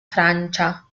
francia